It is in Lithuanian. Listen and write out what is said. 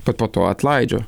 po to to atlaidžio